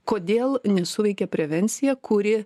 kodėl nesuveikė prevencija kuri